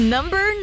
Number